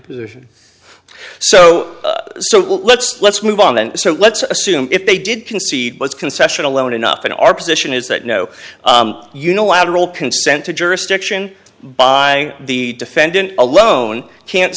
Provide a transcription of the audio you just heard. position so let's let's move on then so let's assume if they did concede was concession alone enough in our position is that no unilateral consent to jurisdiction by the defendant alone can't